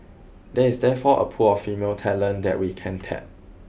there is therefore a pool of female talent that we can tap